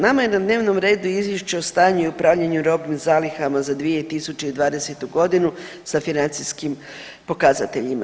Nama je na dnevnom redu izvješće o stanju i upravljanju robnim zalihama za 2020.g. sa financijskim pokazateljima.